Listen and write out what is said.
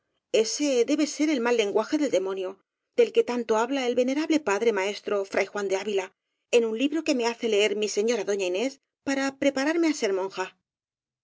ese debe ser el mal lenguaje del de monio del que tanto habla el venerable padre maes tro fray juan de ávila en un libro que me hace leer mi señora doña inés para prepararme á ser monja